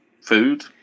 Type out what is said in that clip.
food